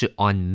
on